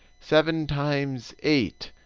seven times eight.